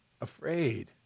afraid